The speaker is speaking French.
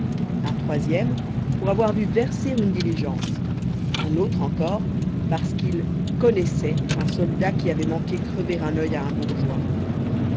un troisième pour avoir vu verser une diligence un autre encore parce qu'il connaissait un soldat qui avait manqué crever un oeil à un bourgeois